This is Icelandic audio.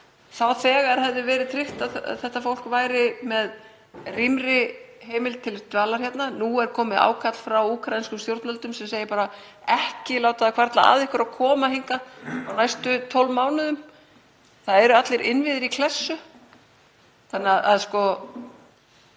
þá þegar hefði verið tryggt að þetta fólk væri með rýmri heimild til dvalar hérna. Nú er komið ákall frá úkraínskum stjórnvöldum sem segja: Ekki láta það hvarfla að ykkur að koma hingað á næstu 12 mánuðum. Allir innviðir eru í klessu. Ég held að núna